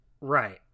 Right